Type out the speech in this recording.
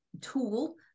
tool